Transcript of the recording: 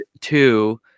two